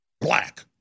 black